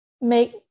make